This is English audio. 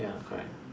ya correct